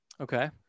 Okay